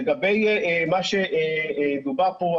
לגבי מה שדובר פה,